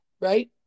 right